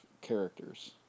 characters